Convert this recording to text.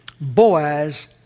Boaz